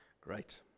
Great